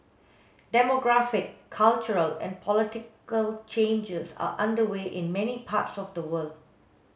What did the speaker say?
demographic cultural and political changes are underway in many parts of the world